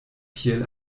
kiel